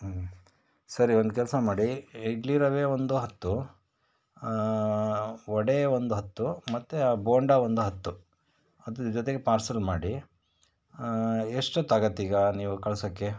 ಹ್ಞೂ ಸರಿ ಒಂದು ಕೆಲಸ ಮಾಡಿ ಇಡ್ಲಿ ರವೆ ಒಂದು ಹತ್ತು ವಡೆ ಒಂದು ಹತ್ತು ಮತ್ತು ಆ ಬೋಂಡ ಒಂದು ಹತ್ತು ಅದ್ರ ಜೊತೆಗೆ ಪಾರ್ಸೆಲ್ ಮಾಡಿ ಎಷ್ಟೊತ್ತಾಗತ್ತೆ ಈಗ ನೀವು ಕಳ್ಸೋಕ್ಕೆ